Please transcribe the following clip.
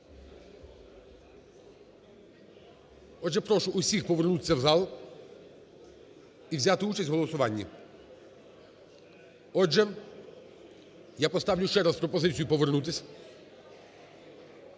Отже, прошу всіх повернутися в зал і взяти участь в голосуванні. Отже, я поставлю ще раз пропозицію повернутись.